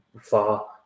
far